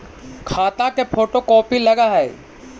खाता के photo copy लगहै?